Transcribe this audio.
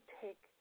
take